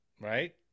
right